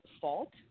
fault